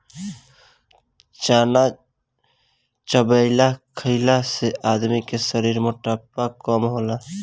चना चबेना खईला से आदमी के शरीर के मोटापा कम होला